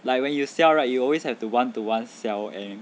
like when you sell right you always have to one to one sell and